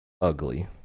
ugly